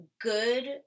good